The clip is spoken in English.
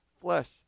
flesh